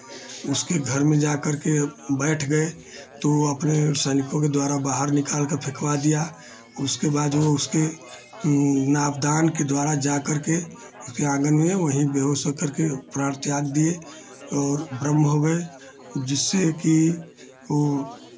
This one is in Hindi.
उसके घर में जाकर के बैठ गए तो अपने सैनिकों के द्वारा बाहर निकाल के फेकवा दिया उसके बाद वो उसके नापदान के द्वारा जाकर के उसी आँगन में वहीं बेहोश होकर के प्राण त्याग दिए और ब्रह्म हो गए जिससे कि वो